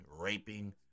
raping